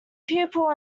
pupil